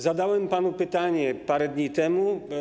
Zadałem panu pytanie parę dni temu.